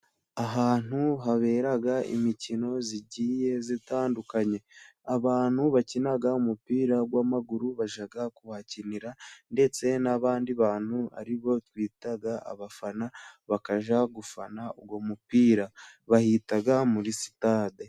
Ahantu habera imikino igiye itandukanye, abantu bakina umupira w'amaguru bajya kuhakinira, ndetse n'abandi bantu aribo twita abafana, bakajya gufana uwo mupira, bahita muri sitade.